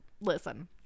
listen